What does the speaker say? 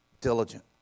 diligent